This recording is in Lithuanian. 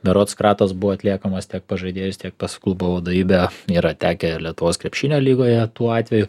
berods kratos buvo atliekamas tiek pažadėjus tiek pas klubo vadovybę yra tekę ir lietuvos krepšinio lygoje tuo atveju